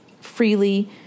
freely